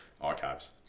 archives